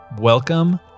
Welcome